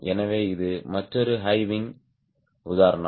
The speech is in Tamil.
எனவே இது மற்றொரு ஹை விங் உதாரணம்